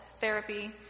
therapy